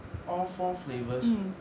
all four flavours